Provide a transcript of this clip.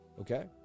okay